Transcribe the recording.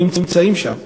לא נמצאים שם?